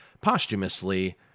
posthumously